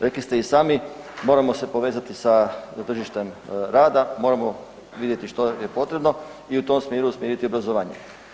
Rekli ste i sami moramo se povezati sa tržištem rada, moramo vidjeti što je potrebno i u tom smjeru usmjeriti obrazovanje.